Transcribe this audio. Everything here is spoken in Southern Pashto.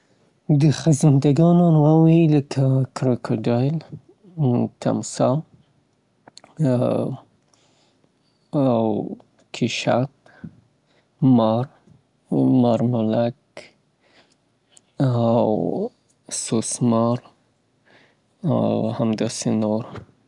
سړه وینه لروونکي ژوي لکه مار، لیزرد او یا کیشپ، الیګیتر، اګوانا او ګیکوس، کینک دا هغه ژوي دي چې دوی کولی شي خپل ځال له محیط سره عیار کي او سړه وینه لروونکي ژوي دي.